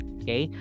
okay